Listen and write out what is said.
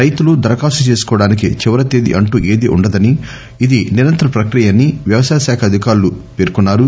రైతులు దరఖాస్తు చేసుకోవడానికి చివరి తేదీ అంటూ ఏదీ ఉండదనీ ఇది నిరంతర ప్రక్రియ అనీ వ్యవసాయ శాఖ అధికారులు పేర్కొన్నా రు